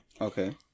Okay